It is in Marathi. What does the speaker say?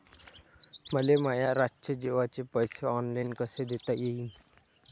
मले माया रातचे जेवाचे पैसे ऑनलाईन कसे देता येईन?